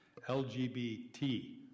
lgbt